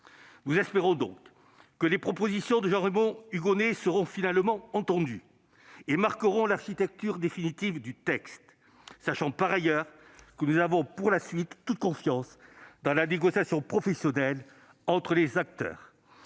Nous espérons que les propositions de notre rapporteur seront finalement entendues et marqueront l'architecture définitive du texte, sachant, par ailleurs, que nous avons toute confiance dans la négociation professionnelle entre les acteurs.